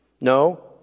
No